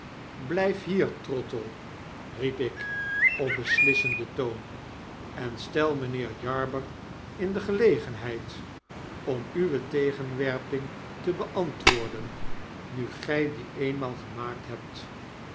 blyf hier trottle riep ik op beslissenden toon en stel mynheer jarber in de gelegenheid om uwe tegenwerping te beantwoorden nu gy die eenmaal gemaakt hebt